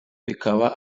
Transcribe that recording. bikaba